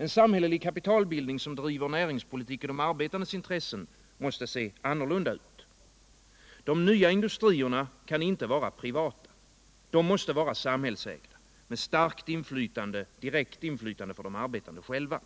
En samhällelig kapitalbildning som baseras på en näringspolitik i de arbetandes intresse måste se annorlunda ut. De nya industrierna kan inte vara privata. De måste vara samhällsägda med direkt starkt inflytande för de arbetande själva.